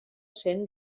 cent